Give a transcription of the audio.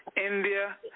India